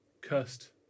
cursed